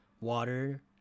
water